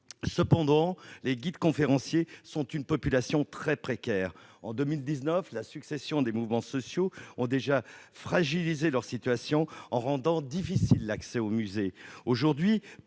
Reste que les guides-conférenciers sont une population très précaire. En 2019, la succession des mouvements sociaux les a déjà fragilisés en rendant difficile l'accès aux musées. Aujourd'hui,